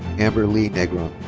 amber lee negron.